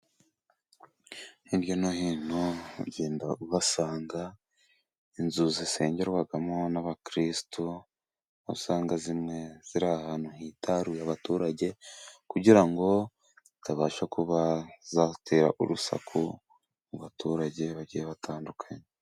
Hirya no hino ugenda uhasanga inzu zisengerwamo n'abakristu, usanga zimwe ziri ahantu hitaruye abaturage, kugira ngo zitabasha kuba zatera urusaku mu baturage, bagiye batandukanye.